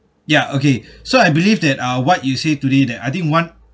ya okay so I believe that uh what you say today that I think one